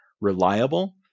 reliable